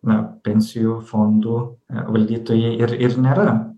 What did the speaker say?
na pensijų fondų valdytojai ir ir nėra